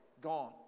Gone